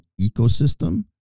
ecosystem